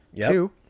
Two